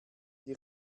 die